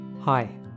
Hi